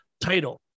title